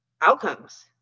outcomes